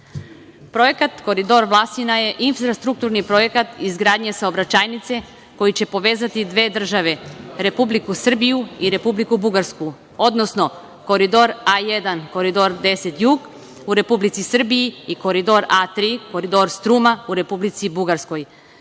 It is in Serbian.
Srbije. Projekat Koridor Vlasina je infrastrukturni projekat izgradnje saobraćajnice koji će povezati dve države, Republiku Srbiju i Republiku Bugarsku, odnosno Koridor A1, Koridor 10Jug u Republici Srbiji i Koridor A3, Koridor Struma u Republici Bugarskoj